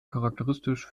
charakteristisch